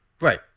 Right